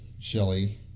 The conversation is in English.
Shelly